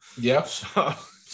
Yes